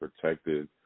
protected